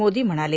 मोदी म्हणाले